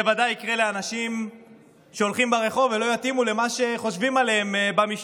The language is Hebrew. זה ודאי יקרה לאנשים שהולכים ברחוב ולא יתאימו למה שחושבים במשטר.